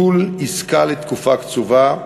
(ביטול עסקה לתקופה קצובה),